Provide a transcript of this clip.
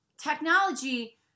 Technology